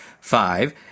Five